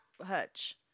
hutch